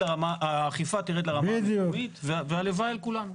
האכיפה תרד לרמה הישובית והלוואי על כולנו.